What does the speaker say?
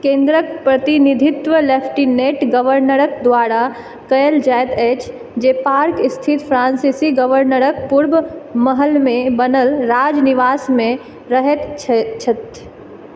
केन्द्रक प्रतिनिधित्व लेफ्टिनेंट गवर्नरक द्वारा कयल जाइत अछि जे पार्क स्थित फ्रांसीसी गवर्नरक पूर्व महलमे बनल राज निवासमे रहैत छथि